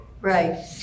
Right